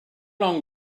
long